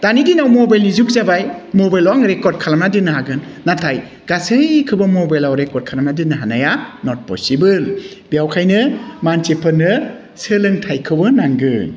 दानि दिनाव मबाइलनि जुग जाबाय मबाइलाव आं रेकर्ड खालामना दोननो हागोन नाथाय गासैखौबो मबाइलाव रेकर्ड खालामनानै दोन्नो हानाया नट पसिबोल बेखायनो मानसिफोरनो सोलोंथाइखौबो नांगोन